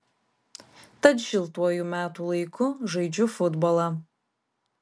tad šiltuoju metų laiku žaidžiu futbolą